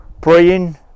praying